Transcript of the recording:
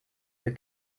für